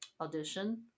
audition